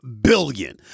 billion